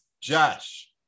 Josh